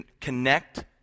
connect